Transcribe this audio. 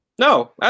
No